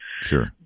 Sure